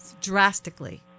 drastically